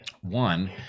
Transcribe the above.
One